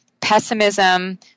pessimism